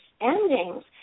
endings